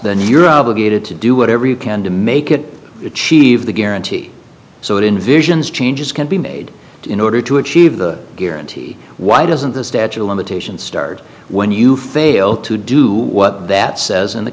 new you're obligated to do whatever you can to make it achieve the guarantee so that in visions changes can be made in order to achieve the guarantee why doesn't the statute of limitations start when you fail to do what that says in the